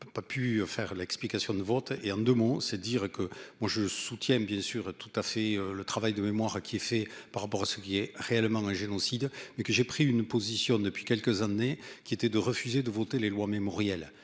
j'ai pas pu faire l'explication de vote et en deux mots, c'est dire que moi je soutiens bien sûr tout à fait le travail de mémoire qui est fait par rapport à ce qui est réellement un génocide et que j'ai pris une position depuis quelques années qui était de refuser de voter les lois mémorielles.